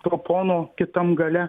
to pono kitam gale